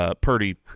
Purdy